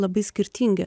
labai skirtingi